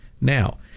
now